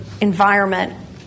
environment